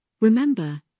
Remember